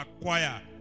acquire